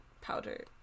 powder